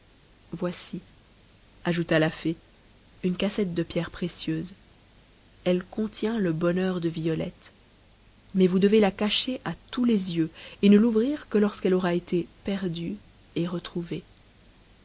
voici ajouta la fée une cassette de pierres précieuses elle contient le bonheur de violette mais vous devez la cacher à tous les yeux et ne l'ouvrir que lorsqu'elle aura été perdue et retrouvée